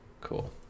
cool